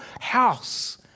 house